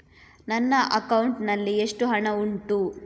ನನ್ನ ಅಕೌಂಟ್ ನಲ್ಲಿ ಎಷ್ಟು ಹಣ ಉಂಟು?